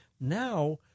now